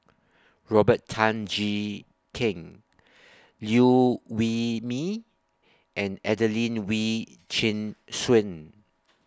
Robert Tan Jee Keng Liew Wee Mee and Adelene Wee Chin Suan